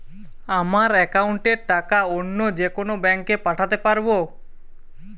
আমার একাউন্টের টাকা অন্য যেকোনো ব্যাঙ্কে পাঠাতে পারব?